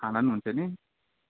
खाना नि हुन्छ नि